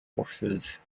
forces